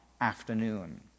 Afternoon